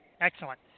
Excellent